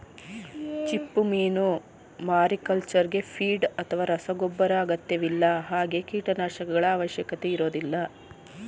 ಚಿಪ್ಪುಮೀನು ಮಾರಿಕಲ್ಚರ್ಗೆ ಫೀಡ್ ಅಥವಾ ರಸಗೊಬ್ಬರ ಅಗತ್ಯವಿಲ್ಲ ಹಾಗೆ ಕೀಟನಾಶಕಗಳ ಅವಶ್ಯಕತೆ ಇರೋದಿಲ್ಲ